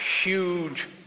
huge